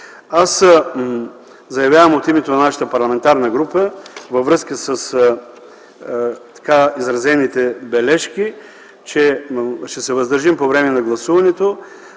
Аз заявявам от името на нашата парламентарна група във връзка с изразените бележки, че ще се въздържим по време на гласуването.